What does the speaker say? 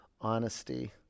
honesty